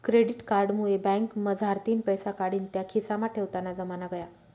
credit card मुये बँकमझारतीन पैसा काढीन त्या खिसामा ठेवताना जमाना गया